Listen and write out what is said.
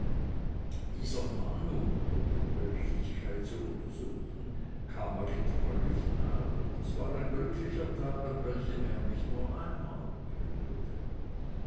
dieser mahnung ohne ihre richtigkeit zu untersuchen kam er getreulich nach und das war ein glücklicher tag an welchem er mich nur einmal prügelte